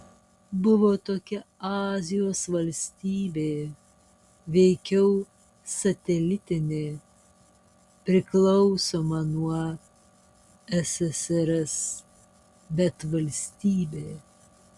buvo tokia azijos valstybė veikiau satelitinė priklausoma nuo ssrs bet valstybė